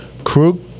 Krug